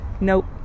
nope